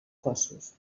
cossos